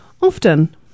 Often